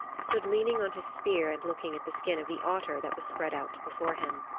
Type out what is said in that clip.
stood leaning on his spear and looking at the skin of the otter that was spread out before him.